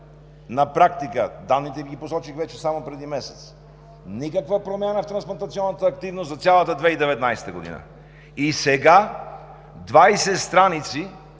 получаваме – данните посочих само преди месец – никаква промяна в трансплантационната активност за цялата 2019 г. И сега в 20 страници